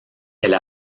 elle